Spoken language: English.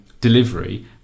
delivery